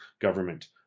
government